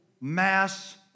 mass